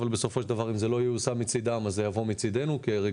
אבל בסופו של דבר אם זה לא ייושם מצדם אז זה יבוא מצדנו כרגולציה.